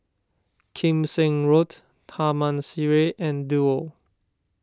Kim Seng Road Taman Sireh and Duo